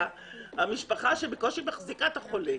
על המשפחה שבקושי מחזיקה את החולה.